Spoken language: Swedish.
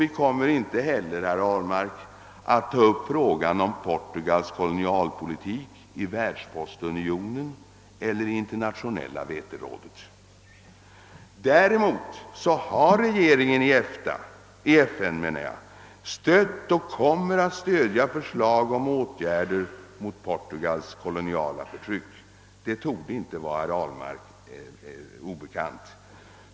Vi kommer inte heller, herr Ahlmark, att ta upp frågan om Portugals kolonialpolitik i Världspost unionen eller i Internationella veterådet. Däremot har regeringen i FN stött och kommer att stödja förslag om åtgärder mot Portugals koloniala förtryck — det torde inte vara herr Ahlmark obekant.